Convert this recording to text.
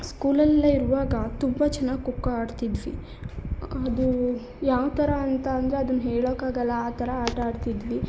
ಸ್ಕೂಲಲ್ಲೇ ಇರುವಾಗ ತುಂಬ ಚೆನ್ನಾಗಿ ಖೋಖೋ ಆಡ್ತಿದ್ವಿ ಅದೂ ಯಾವ ಥರ ಅಂತ ಅಂದರೆ ಅದನ್ನು ಹೇಳೋಕ್ಕಾಗಲ್ಲ ಆ ಥರ ಆಟ ಆಡ್ತಿದ್ವಿ